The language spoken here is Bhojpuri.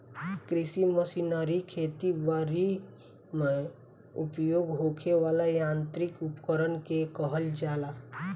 कृषि मशीनरी खेती बरी में उपयोग होखे वाला यांत्रिक उपकरण के कहल जाला